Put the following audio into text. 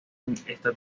esta